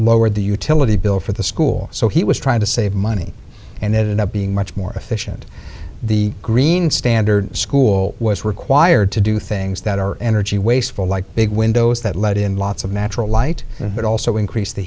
lowered the utility bill for the school so he was trying to save money and it up being much more efficient the green standard school was required to do things that are energy wasteful like big windows that let in lots of natural light but also increase the